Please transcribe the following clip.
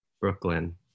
Brooklyn